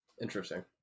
Interesting